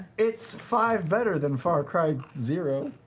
it's five better than far cry zero.